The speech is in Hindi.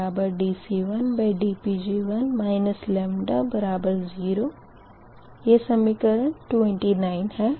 dCTdPg1dC1dPg1 λ0 यह समीकरण 29 है